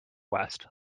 west